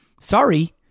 sorry